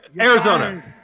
Arizona